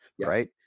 Right